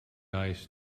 ice